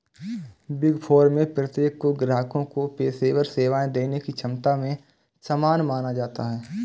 big four में प्रत्येक को ग्राहकों को पेशेवर सेवाएं देने की क्षमता में समान माना जाता है